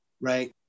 right